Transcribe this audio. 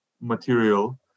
material